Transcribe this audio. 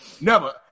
never